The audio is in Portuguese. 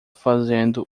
fazendo